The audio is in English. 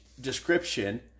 description